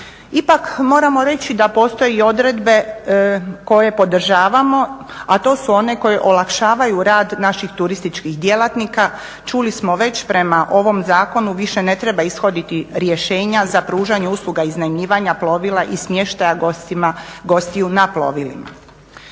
Ipak moramo reći da postoje i odredbe koje podržavamo, a to su one koje olakšavaju rad naših turističkih djelatnika. Čuli smo već prema ovom Zakonu više ne treba ishoditi rješenja za pružanje usluga iznajmljivanja plovila i smještaja gostiju na plovilima.